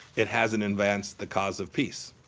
it hasn't advanced the cause of peace.